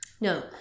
No